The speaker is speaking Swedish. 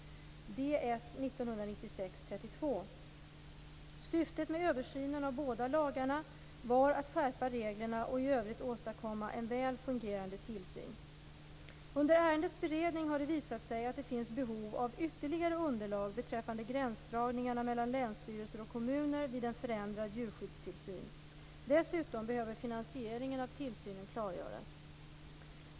Syftet med översynen av båda lagarna var att skärpa reglerna och i övrigt åstadkomma en väl fungerande tillsyn. Under ärendets beredning har det visat sig att det finns behov av ytterligare underlag beträffande gränsdragningarna mellan länsstyrelser och kommuner vid en förändrad djurskyddstillsyn. Dessutom behöver finansieringen av tillsynen klargöras.